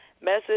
message